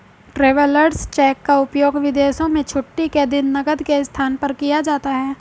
travellers cheque का उपयोग विदेशों में छुट्टी के दिन नकद के स्थान पर किया जाता है